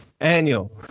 annual